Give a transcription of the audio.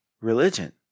religion